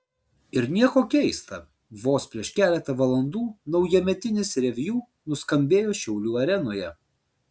ir nieko keista vos prieš keletą valandų naujametinis reviu nuskambėjo šiaulių arenoje